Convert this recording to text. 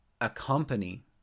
accompany